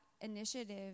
initiative